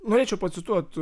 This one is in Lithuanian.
norėčiau pacituot